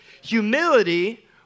Humility